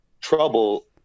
trouble